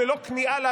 חבר הכנסת מלכיאלי,